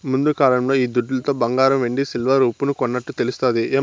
ముందుకాలంలో ఈ దుడ్లతో బంగారం వెండి సిల్వర్ ఉప్పును కొన్నట్టు తెలుస్తాది